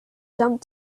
jump